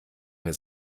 mehr